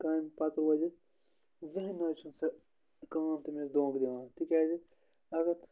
کامہِ پَتہٕ رٲزِ زٕہٕنۍ نہ حظ چھُنہٕ سُہ کٲم تٔمِس دھونٛکہ دِوان تِکیٛازِ اگر